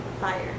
fire